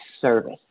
service